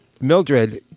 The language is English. Mildred